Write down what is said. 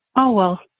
oh, well,